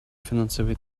финансовые